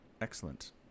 excellent